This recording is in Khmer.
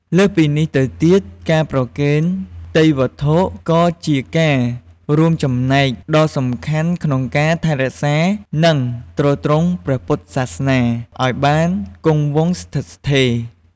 លើសពីនេះទៅទៀត ការប្រគេនទេយ្យវត្ថុ ក៏ជាការរួមចំណែកដ៏សំខាន់ក្នុងការ ថែរក្សា និងទ្រទ្រង់ព្រះពុទ្ធសាសនា ឱ្យបានគង់វង្សស្ថិតស្ថេរ។